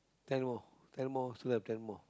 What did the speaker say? ten more ten more still have ten more